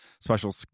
special